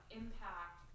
impact